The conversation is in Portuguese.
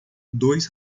dois